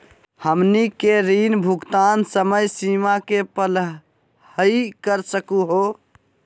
हमनी के ऋण भुगतान समय सीमा के पहलही कर सकू हो?